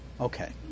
Okay